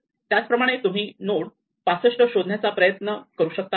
त्याचप्रमाणे तुम्ही नोड 65 शोधण्याचा प्रयत्न करू शकतात